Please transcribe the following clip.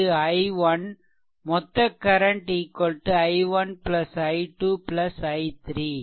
இது i1 மொத்த current i1 i2 i3